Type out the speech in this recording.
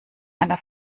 einer